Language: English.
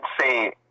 say